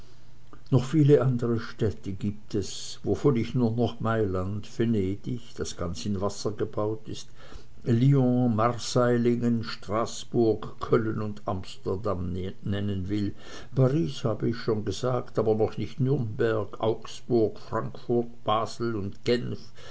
noch viele andere städte gibt es wovon ich nur noch mailand venedig das ganz im wasser gebaut ist lyon marseilingen straßburg köllen und amsterdam nennen will paris hab ich schon gesagt aber noch nicht nürnberg augsburg und frankfurt basel bern und genf